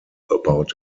about